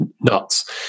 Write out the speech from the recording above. nuts